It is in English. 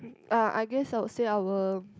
uh I guess I would say our